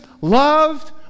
loved